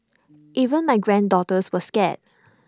even my granddaughters were scared